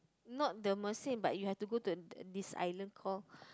not the Mersing but you have to go to d~ this island call